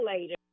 later